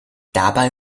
dabei